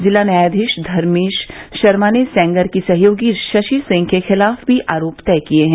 जिला न्यायाधीश धर्मेश शर्मा ने सेंगर की सहयोगी शशि सिंह के खिलाफ भी आरोप तय किए हैं